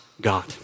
God